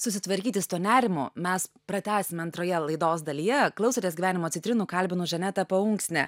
susitvarkyti su tuo nerimu mes pratęsime antroje laidos dalyje klausotės gyvenimo citrinų kalbinu žaneta paunksnę